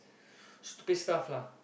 stupid stuff lah